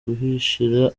guhishira